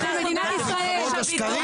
בדיוק ככה.